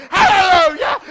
Hallelujah